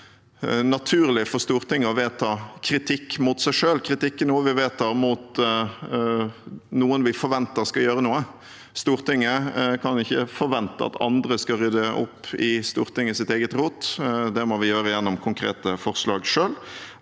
ikke er naturlig for Stortinget å vedta kritikk mot seg selv. Kritikk er noe vi vedtar mot noen vi forventer skal gjøre noe. Stortinget kan ikke forvente at andre skal rydde opp i Stortingets eget rot. Det må vi selv gjøre gjennom konkrete forslag.